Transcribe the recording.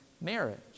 marriage